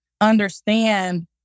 understand